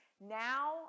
now